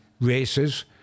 races